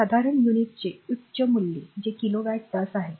साधारणत युनिटचे उच्च मूल्ये जे किलो वॅट तास आहेत